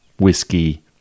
whiskey